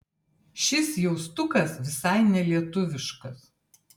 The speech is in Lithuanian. šis jaustukas visai nelietuviškas